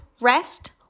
rest